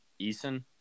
Eason